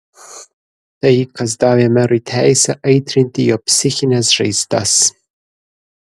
tai kas davė merui teisę aitrinti jo psichines žaizdas